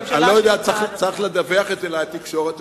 צריך לדווח את זה לתקשורת.